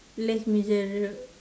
les misera~